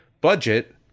budget